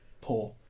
poor